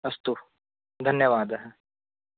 अस्तु धन्यवादः